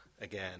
again